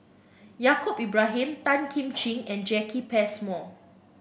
Yaacob Ibrahim Tan Kim Ching and Jacki Passmore